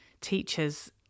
teachers